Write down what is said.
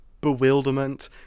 bewilderment